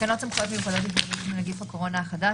תקנות סמכויות מיוחדות להתמודדות עם נגיף הקורונה החדש